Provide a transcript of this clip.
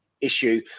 issue